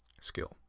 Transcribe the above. skill